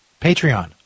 Patreon